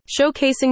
showcasing